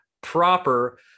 proper